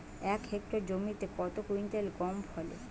এক হেক্টর জমিতে কত কুইন্টাল গম ফলে?